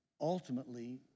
ultimately